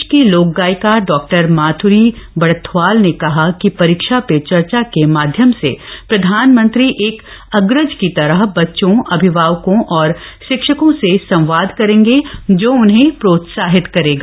प्रदेश की लोक गायिका डॉ माध्री बड़थ्वाल ने कहा कि परीक्षा पे चर्चा के माध्यम से प्रधानमंत्री एक अग्रज की तरह बच्चों अभिभावकों और शिक्षकों से संवाद करेंगे जो उन्हें प्रोत्साहित करेगा